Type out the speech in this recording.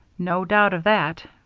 no doubt of that.